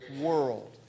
world